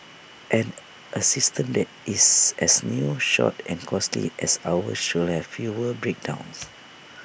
and A system that is as new short and costly as ours should have fewer breakdowns